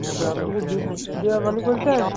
আচ্ছা আপনি কি দুধ দেওয়ার বলছেন